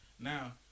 Now